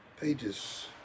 Pages